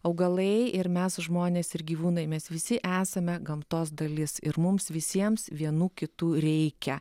augalai ir mes žmonės ir gyvūnai mes visi esame gamtos dalis ir mums visiems vienų kitų reikia